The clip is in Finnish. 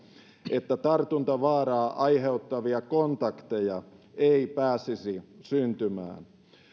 että tartuntavaaraa aiheuttavia kontakteja ei pääsisi syntymään